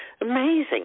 amazing